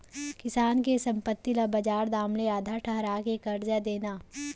किसान के संपत्ति ल बजार दाम ले आधा ठहरा के करजा देना